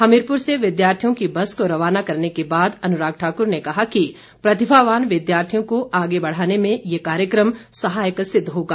हमीरपुर से विद्यार्थियों की बस को रवाना करने के बाद अनुराग ठाकुर ने कहा कि प्रतिभावान विद्यार्थियों को आगे बढ़ाने में ये कार्यक्रम सहायक सिद्व होगा